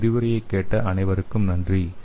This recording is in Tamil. எனது விரிவுரையை கேட்ட அனைவருக்கும் நன்றி